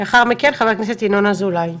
לאחר מכן חבר הכנסת ינון אזולאי.